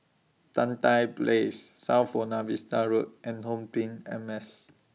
Tan Tye Place South Buona Vista Road and HomeTeam M S